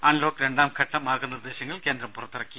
unlock രണ്ടാം ഘട്ട മാർഗ നിർദേശങ്ങൾ കേന്ദ്രം പുറത്തിറക്കി